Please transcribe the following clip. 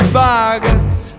bargains